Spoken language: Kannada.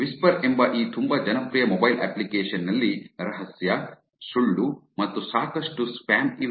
ವಿಸ್ಪರ್ ಎಂಬ ಈ ತುಂಬಾ ಜನಪ್ರಿಯ ಮೊಬೈಲ್ ಅಪ್ಲಿಕೇಶನ್ ನಲ್ಲಿ ರಹಸ್ಯ ಸುಳ್ಳು ಮತ್ತು ಸಾಕಷ್ಟು ಸ್ಪ್ಯಾಮ್ ಇವೆ